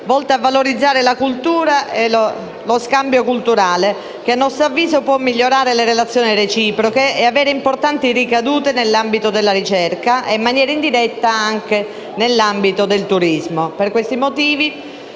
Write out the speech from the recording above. volta a valorizzare la cultura e lo scambio culturale che, a nostro avviso, può migliorare le relazioni reciproche e avere importanti ricadute nell'ambito della ricerca e, in maniera indiretta, anche nell'ambito del turismo. Per questi motivi